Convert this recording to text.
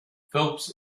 phelps